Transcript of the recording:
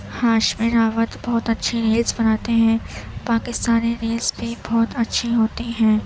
ہاشمی راوت بہت اچھی ریلس بناتے ہیں پاکستانی ریلس بھی بہت اچھی ہوتی ہیں